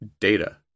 data